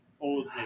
old